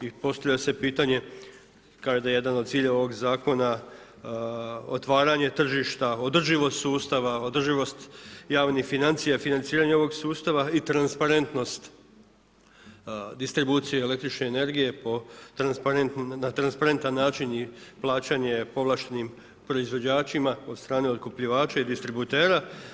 I postavlja se pitanje kao da je jedan od ciljeva ovog zakona otvaranje tržišta, održivost sustava, održivost javnih financija i financiranje ovog sustava i transparentnost distribucije električne energije na transparentan način i plaćanje povlaštenim proizvođačima od strane otkupljivača i distributera.